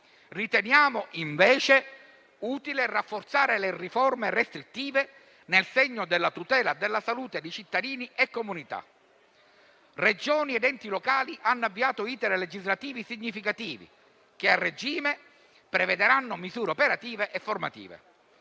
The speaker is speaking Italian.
Riteniamo, invece, utile rafforzare le riforme restrittive, nel segno della tutela della salute dei cittadini e delle comunità. Regioni ed enti locali hanno avviato *iter* legislativi significativi, che a regime prevedranno misure operative e formative: